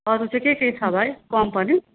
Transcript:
अरू चाहिँ के के छ भाइ कम्पनी